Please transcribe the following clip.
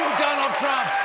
donald trump.